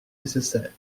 nécessaire